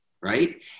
right